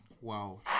Wow